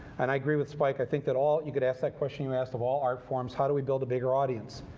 and i agree with spike. i think that all you could ask that question you asked of all art forms, how do we build a bigger audience?